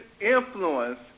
influence